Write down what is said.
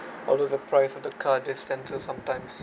although the price of the car that centers sometimes